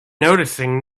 noticing